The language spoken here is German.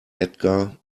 edgar